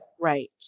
Right